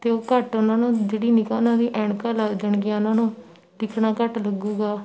ਅਤੇ ਉਹ ਘੱਟ ਉਹਨਾਂ ਨੂੰ ਜਿਹੜੀ ਨਿਗ੍ਹਾ ਉਹਨਾਂ ਦੀ ਐਨਕਾਂ ਲੱਗ ਜਾਣਗੀਆਂ ਉਹਨਾਂ ਨੂੰ ਦਿਖਣਾ ਘੱਟ ਲੱਗੂਗਾ